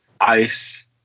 ice